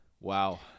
Wow